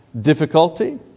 difficulty